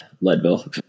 Leadville